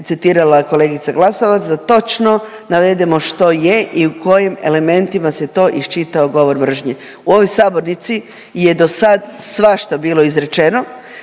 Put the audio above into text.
citirala kolegica Glasovac, da točno navedemo što je i u kojim elementima se to iščitao govor mržnje. U ovoj sabornici je dosad svašta bilo izrečeno,